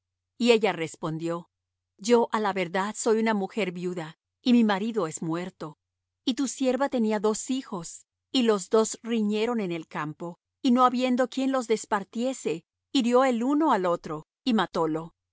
y ella respondió yo á la verdad soy una mujer viuda y mi marido es muerto y tu sierva tenía dos hijos y los dos riñeron en el campo y no habiendo quien los despartiese hirió el uno al otro y matólo y